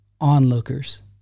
onlookers